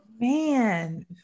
Man